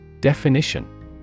Definition